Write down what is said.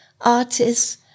artists